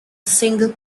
single